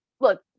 look